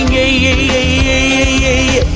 a